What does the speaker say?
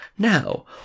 Now